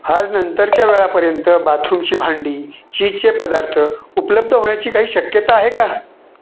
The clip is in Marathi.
आज नंतरच्या वेळापर्यंत बाथरूमची भांडी चीजचे पदार्थ उपलब्ध होण्याची काही शक्यता आहे का